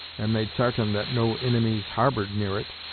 and made sartain that no inimies harbored near it,